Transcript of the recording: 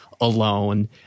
alone